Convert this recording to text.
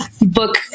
book